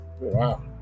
Wow